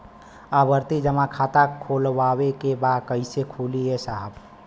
आवर्ती जमा खाता खोलवावे के बा कईसे खुली ए साहब?